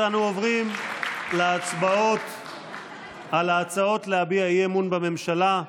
אנו עוברים להצבעות על ההצעות להביע אי-אמון בממשלה.